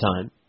time